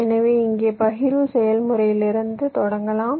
எனவே இங்கே பகிர்வு செயல்முறையிலிருந்து தொடங்கலாம்